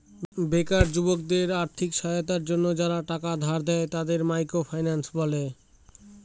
বেকার যুবকদের আর্থিক সাহায্যের জন্য যারা টাকা ধার দেয়, তাদের মাইক্রো ফিন্যান্স বলে